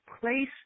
place